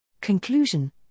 Conclusion